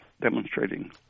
demonstrating